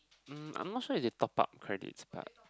um I'm not sure if they top up credits but